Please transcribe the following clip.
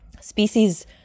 species